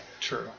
True